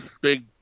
big